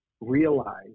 realize